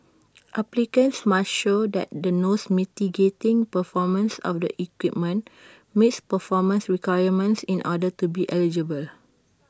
applicants must show that the nose mitigating performance of the equipment meets performance requirements in order to be eligible